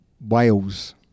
Wales